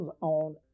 on